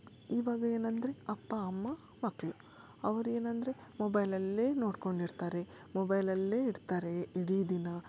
ಇವಾಗ ಏನೆಂದರೆ ಅಪ್ಪ ಅಮ್ಮ ಮಕ್ಕಳು ಅವರೇನಂದ್ರೆ ಮೊಬೈಲಲ್ಲೆ ನೋಡಿಕೊಂಡಿರ್ತಾರೆ ಮೊಬೈಲಲ್ಲೆ ಇರ್ತಾರೆ ಇಡೀ ದಿನ